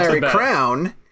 Crown